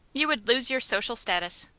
you would lose your social status.